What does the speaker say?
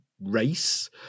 race